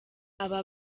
aba